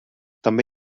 també